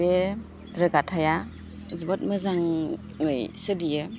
बे रोगाथाइया जोबोद मोजाङै सोलियो